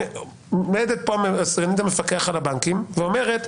עומדת פה סגנית המפקח על הבנקים ואומרת: